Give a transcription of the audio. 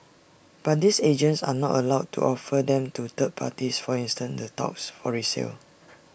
but these agents are not allowed to offer them to third parties for instance the touts for resale